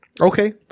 Okay